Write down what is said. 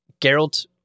Geralt